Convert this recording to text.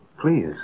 Please